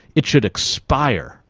it should expire,